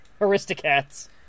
Aristocats